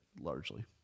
largely